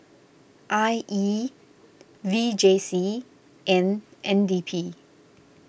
I E V J C and N D P